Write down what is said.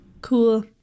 cool